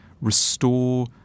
restore